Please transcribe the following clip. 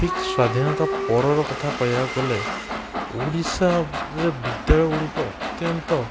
ଠିକ୍ ସ୍ୱାଧୀନତା ପରର କଥା କହିବାକୁ ଗଲେ ଓଡ଼ିଶାରେ ବିଦ୍ୟାଳୟ ଗୁଡ଼ିକ ଅତ୍ୟନ୍ତ